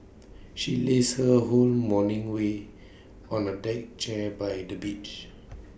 she lazed her whole morning way on A deck chair by the beach